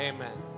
Amen